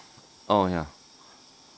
oh ya